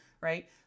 right